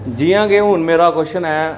जि'यां कि हून मेरा क्वश्चन ऐ